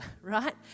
right